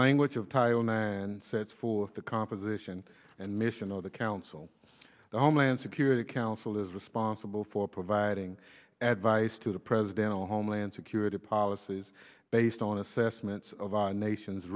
language of tyana and said for the composition and mission of the council the homeland security council is responsible for providing advice to the president on homeland security policies based on assessments of our nation's